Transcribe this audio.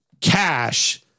cash